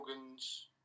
organs